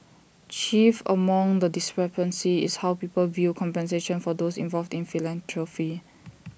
chief among the discrepancies is how people view compensation for those involved in philanthropy